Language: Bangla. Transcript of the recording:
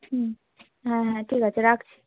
হুম হ্যাঁ হ্যাঁ ঠিক আছে রাখছি